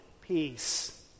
peace